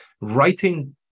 writing